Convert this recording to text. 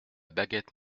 baguette